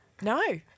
No